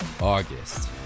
August